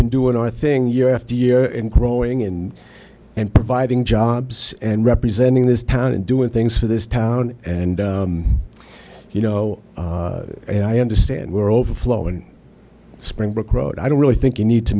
been doing our thing year after year and growing and and providing jobs and representing this town and doing things for this town and you know and i understand we're overflowing springbrook road i don't really think you need to